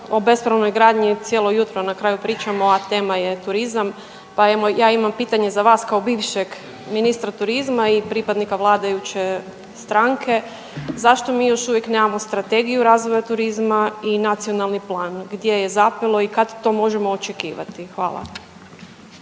o bespravnoj gradnji cijelo jutro na kraju pričamo a tema je turizam pa evo ja imam pitanje za vas kao bivšeg ministra turizma i pripadnika vladajuće stranke. Zašto mi još uvijek nemamo strategiju razvoja turizma i nacionalni plan gdje je zapelo i kada to možemo očekivati. Hvala.